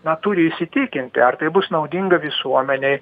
na turi įsitikinti ar tai bus naudinga visuomenei